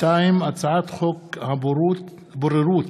הצעת חוק הבוררות